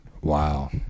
wow